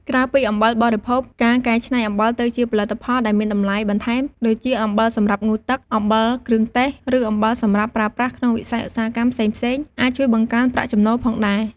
ក្រៅពីអំបិលបរិភោគ ការកែច្នៃអំបិលទៅជាផលិតផលដែលមានតម្លៃបន្ថែម ដូចជា អំបិលសម្រាប់ងូតទឹក អំបិលគ្រឿងទេស ឬអំបិលសម្រាប់ប្រើប្រាស់ក្នុងវិស័យឧស្សាហកម្មផ្សេងៗ អាចជួយបង្កើនប្រាក់ចំណូលផងដែរ។